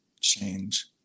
change